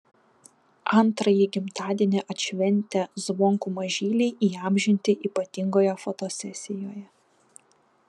antrąjį gimtadienį atšventę zvonkų mažyliai įamžinti ypatingoje fotosesijoje